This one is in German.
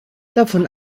davon